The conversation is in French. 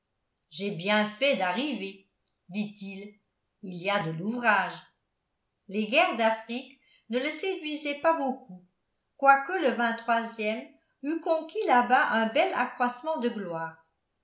j'ai bien fait d'arriver dit-il il y a de l'ouvrage les guerres d'afrique ne le séduisaient pas beaucoup quoique le ème eût conquis là-bas un bel accroissement de gloire